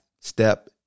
step